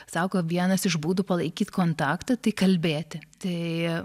sako vienas iš būdų palaikyt kontaktą tai kalbėti tai